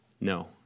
No